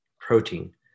Protein